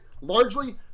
largely